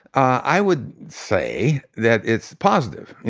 i would say that it's positive.